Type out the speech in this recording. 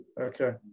okay